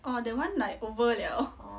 !wah! that one like over liao